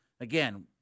Again